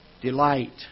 delight